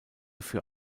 für